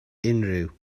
unrhyw